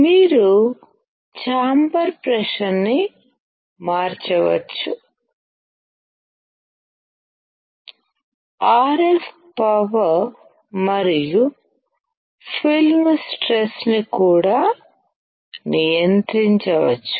మీరు chamber pressure ని మార్చవచ్చు ఆర్ఎఫ్ పవర్ మరియు ఫిల్మ్ స్ట్రెస్ని కూడా నియంత్రించవచ్చు